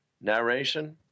narration